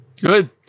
Good